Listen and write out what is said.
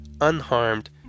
unharmed